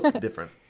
different